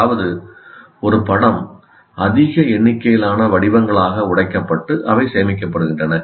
அதாவது ஒரு படம் அதிக எண்ணிக்கையிலான வடிவங்களாக உடைக்கப்பட்டு அவை சேமிக்கப்படுகின்றன